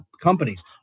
companies